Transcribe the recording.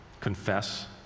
confess